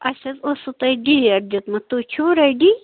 اسہِ حَظ وسوٕ تۄہہِ ڈیٹ دِتمُت تُہۍ چھِو رٮ۪ڈی